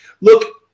Look